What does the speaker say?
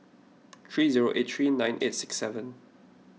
three zero eight three nine eight six seven